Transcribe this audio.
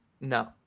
No